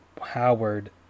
Howard